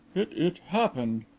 it it happened.